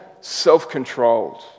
self-controlled